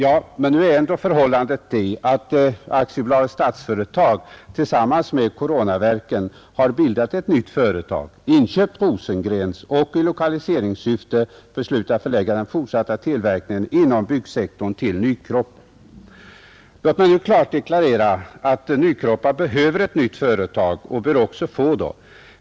AB Statsföretag har tillsammans med Coronaverken bildat ett nytt företag, inköpt Rosengrens och i lokaliseringssyfte beslutat förlägga den fortsatta tillverkningen inom byggsektorn till Nykroppa. Låt mig klart deklarera att Nykroppa behöver ett nytt företag och även bör få det.